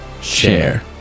share